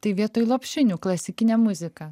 tai vietoj lopšinių klasikinė muzika